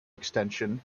extension